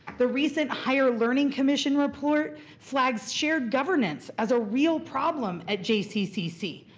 the recent higher learning commission report flags shared governance as a real problem at jccc.